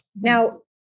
Now